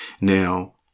now